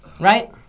right